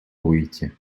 выйти